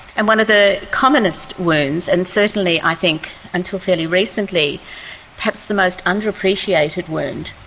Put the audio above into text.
and one of the commonest wounds, and certainly i think until fairly recently perhaps the most under-appreciated wound,